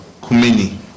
Kumini